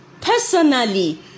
personally